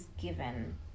given